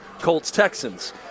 Colts-Texans